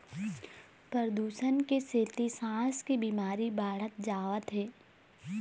परदूसन के सेती सांस के बिमारी बाढ़त जावत हे